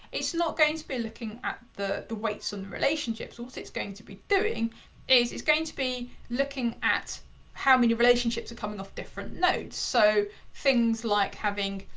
it's not going to be looking at the the weights on the relationships. what's it's going to be doing is it's going to be looking at how many relationships are coming off different nodes. so things like having,